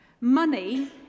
money